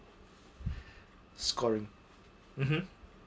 scoring mmhmm